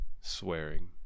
swearing